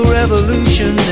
revolution